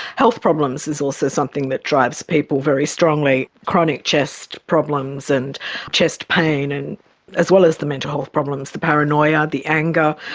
health problems is also something that drives people very strongly. chronic chest problems and chest pain, and as well as the mental health problems, the paranoia, the anger.